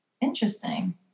Interesting